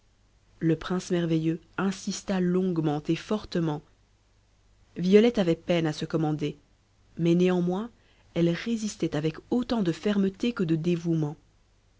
le prince merveilleux insista longuement et fortement violette avait peine à se commander mais néanmoins elle résistait avec autant de fermeté que de dévouement